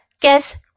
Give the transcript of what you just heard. Guess